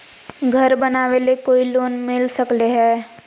घर बनावे ले कोई लोनमिल सकले है?